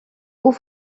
haut